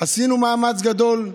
עשינו מאמץ גדול,